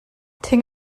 thing